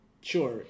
Sure